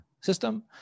system